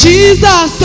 Jesus